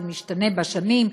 זה משתנה בשנים,